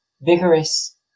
vigorous